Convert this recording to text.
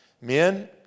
Men